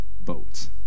boat